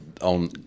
on